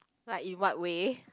like in what way